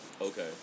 Okay